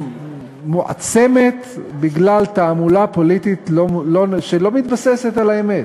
ומועצמת בגלל תעמולה פוליטית שלא מתבססת על האמת.